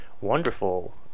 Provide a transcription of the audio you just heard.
wonderful